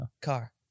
Car